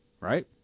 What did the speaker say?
right